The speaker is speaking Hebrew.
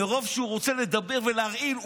מרוב שהוא רוצה לדבר ולהרעיל,